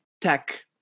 tech